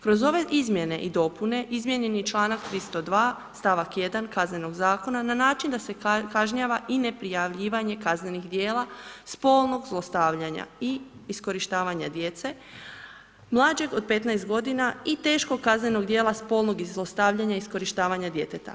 Kroz ove izmjene i dopune izmijenjen je i članak 302. stavak 1. Kaznenog zakona na način da se kažnjava i neprijavljivanje kaznenih dijela spolnog zlostavljanja i iskorištavanja djece mlađeg od 15 godina i teškog kaznenog djela spolnog zlostavljanja i iskorištavanja djeteta.